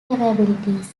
capabilities